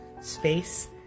space